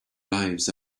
lives